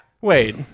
Wait